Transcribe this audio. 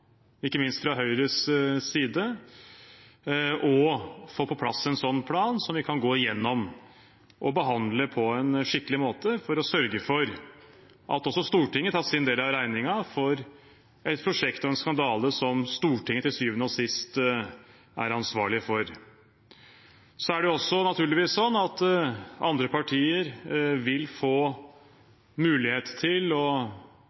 ikke minst fra Høyres side, og få på plass en slik plan, som vi kan gå igjennom og behandle på en skikkelig måte for å sørge for at også Stortinget tar sin del av regningen for et prosjekt og en skandale som Stortinget til syvende og sist er ansvarlig for. Andre partier vil naturligvis også få mulighet til å vise vilje til å